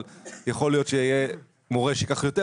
אבל יכול להיות שיהיה מורה שייקח יותר,